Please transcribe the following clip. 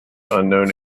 unknown